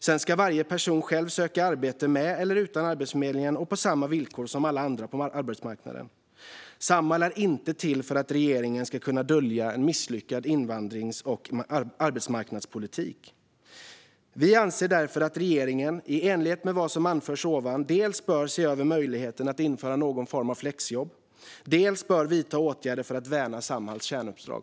Sedan ska varje person själv söka arbete med eller utan Arbetsförmedlingen och på samma villkor som alla andra på arbetsmarknaden. Samhall är inte till för att regeringen ska kunna dölja en misslyckad invandrings och arbetsmarknadspolitik. Vi anser därför att regeringen i enlighet med vad som anförts ovan dels bör se över möjligheten att införa någon form av flexjobb, dels bör vidta åtgärder för att värna Samhalls kärnuppdrag.